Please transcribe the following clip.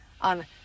on